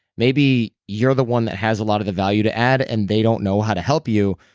maybe you're the one that has a lot of the value to add, and they don't know how to help you.